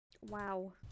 Wow